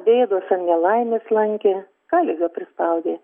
bėdos ar nelaimės lankė gal liga prispaudė